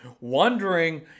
wondering